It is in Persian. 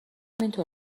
اینطور